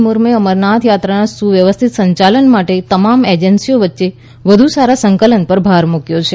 મુર્મુએ અમરનાથ યાત્રાના સુવ્યવસ્થિત સંચાલન માટે તમામ એજન્સીઓ વચ્ચે વધુ સારા સંકલન પર ભાર મૂક્યો છે